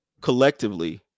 collectively